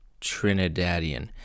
Trinidadian